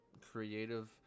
creative